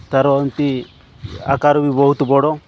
ତା'ର ଏମିତି ଆକାର ବି ବହୁତ ବଡ଼